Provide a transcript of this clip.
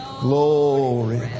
Glory